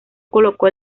colocó